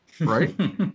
Right